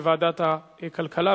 לוועדת הכלכלה.